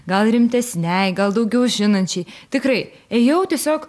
gal rimtesnei gal daugiau žinančiai tikrai ėjau tiesiog